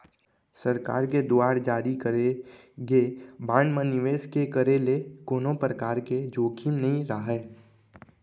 सरकार के दुवार जारी करे गे बांड म निवेस के करे ले कोनो परकार के जोखिम नइ राहय